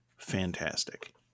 Fantastic